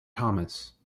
thomas